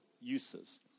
uses